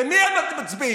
למי אנחנו מצביעים?